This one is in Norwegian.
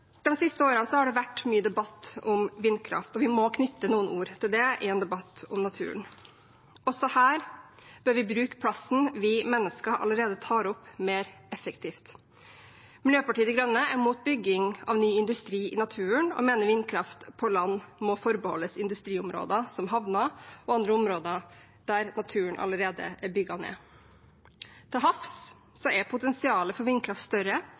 siste årene har det vært mye debatt om vindkraft, og vi må knytte noen ord til det i en debatt om naturen. Også her bør vi bruke plassen vi mennesker allerede tar opp, mer effektivt. Miljøpartiet De Grønne er mot bygging av ny industri i naturen og mener vindkraft på land må forbeholdes industriområder som havner og andre områder der naturen allerede er bygget ned. Til havs er potensialet for vindkraft større